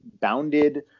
bounded